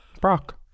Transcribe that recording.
Brock